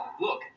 look